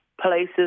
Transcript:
places